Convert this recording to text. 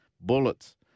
bullets